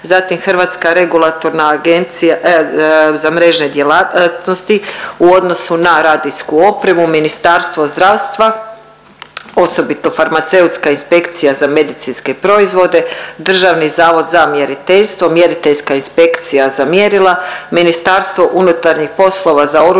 zatim Hrvatska regulatorna agencija za mrežne .../nerazumljivo/... djelatnosti u odnosu na radijsku opremu Ministarstvo zdravstva, osobito farmaceutska inspekcija za medicinske proizvode, Državni zavod za mjeriteljstvo, mjeriteljska inspekcija za mjerila, Ministarstvo unutarnjih poslova za oružje,